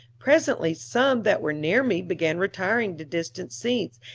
presently some that were near me began retiring to distant seats,